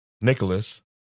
Nicholas